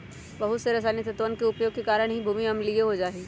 बहुत से रसायनिक तत्वन के उपयोग के कारण भी भूमि अम्लीय हो जाहई